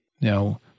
Now